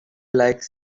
like